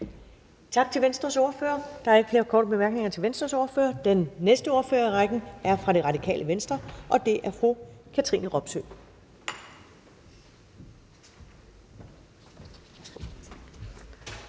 Tak til Venstres ordfører. Der er ikke flere korte bemærkninger til Venstres ordfører. Den næste ordfører i rækken er fra Det Radikale Venstre, og det er fru Katrine Robsøe.